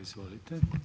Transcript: Izvolite.